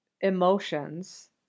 emotions